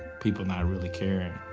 people not really caring.